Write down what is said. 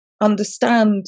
understand